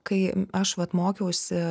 kai aš vat mokiausi